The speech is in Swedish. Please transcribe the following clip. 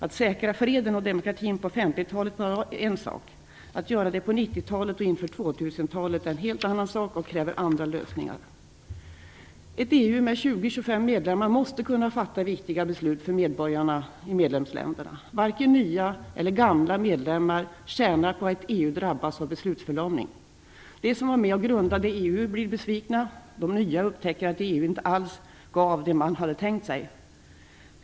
Att säkra freden och demokratin på 1950-talet var en sak. Att göra det på 1990 talet och inför 2000-talet är en helt annan sak och kräver andra lösningar. Ett EU med 20-25 medlemmar måste också kunna fatta viktiga beslut för medborgarna i medlemsländerna. Varken nya eller gamla medlemmar tjänar på att EU drabbas av beslutsförlamning. De som var med och grundade EU blir besvikna. De nya upptäcker att EU inte alls gav det man hade tänkt sig.